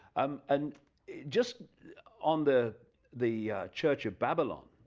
um and just on the the church of babylon